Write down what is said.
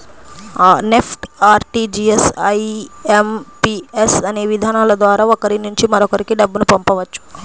NEFT, RTGS, IMPS అనే విధానాల ద్వారా ఒకరి నుంచి మరొకరికి డబ్బును పంపవచ్చు